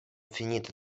finita